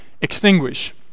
extinguish